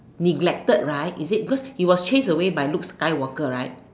neglected right is it because he was chased away by Luke-Skywalker right